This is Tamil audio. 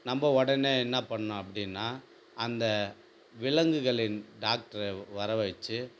நம்ம உடனே என்ன பண்ணனும் அப்படின்னா அந்த விலங்குகளின் டாக்டரை வர வச்சு